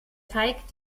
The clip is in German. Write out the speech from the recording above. teig